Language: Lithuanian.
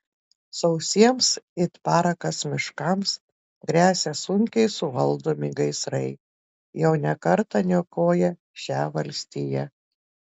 sausiems it parakas miškams gresia sunkiai suvaldomi gaisrai jau ne kartą niokoję šią valstiją